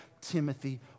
Timothy